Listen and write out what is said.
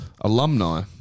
Alumni